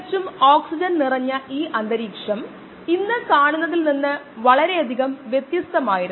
അത് 50 degree C ആണെൻകിൽ കോശങ്ങളുടെ സമഗ്രത രേഖീയമായി കുറയുന്നു